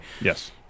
Yes